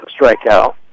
strikeout